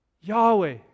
Yahweh